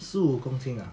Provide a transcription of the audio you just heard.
十五公斤 ah